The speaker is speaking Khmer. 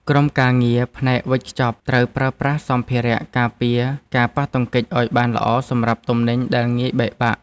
ក្រុមការងារផ្នែកវេចខ្ចប់ត្រូវប្រើប្រាស់សម្ភារការពារការប៉ះទង្គិចឱ្យបានល្អសម្រាប់ទំនិញដែលងាយបែកបាក់។